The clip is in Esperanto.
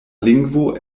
lingvo